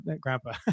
grandpa